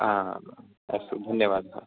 आम् अस्तु धन्यवादः